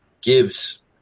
gives